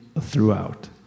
throughout